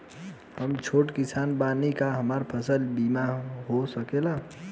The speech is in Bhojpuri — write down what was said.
हम छोट किसान बानी का हमरा फसल बीमा हो सकेला?